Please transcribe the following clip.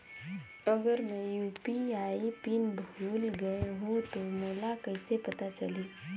अगर मैं UPI PIN भुल गये हो तो मोला कइसे पता चलही?